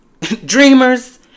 Dreamers